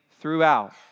throughout